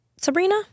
Sabrina